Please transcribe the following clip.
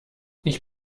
ich